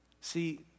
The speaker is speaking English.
See